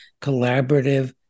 collaborative